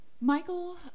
Michael